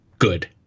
good